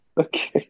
Okay